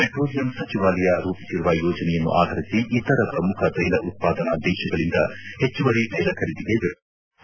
petroleum ಸಚಿವಾಲಯ ರೂಪಿಸಿರುವ ಯೋಜನೆಯನ್ನು ಆಧರಿಸಿ ಇತರ ಪ್ರಮುಖ ತ್ವೆಲ ಉತ್ಸಾದನಾ ದೇಶಗಳಿಂದ ಹೆಚ್ಚುವರಿ ತ್ವೆಲ ಖರೀದಿಗೆ ವ್ಯವಸ್ಥೆ ಮಾಡಲಾಗಿದೆ